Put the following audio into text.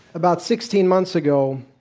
about sixteen months ago,